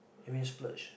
it mean splurge